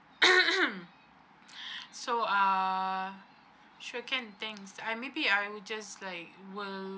so uh sure can thanks I maybe I will just like will